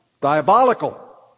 diabolical